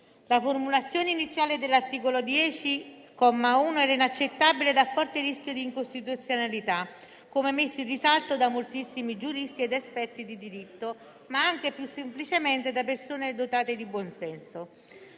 La formulazione iniziale dell'articolo 10, comma 1, era inaccettabile e a forte rischio di incostituzionalità, così come messo in risalto da moltissimi giuristi ed esperti di diritto, ma anche, più semplicemente, da persone dotate di buon senso.